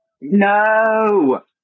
No